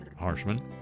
Harshman